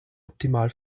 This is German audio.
optimal